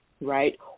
right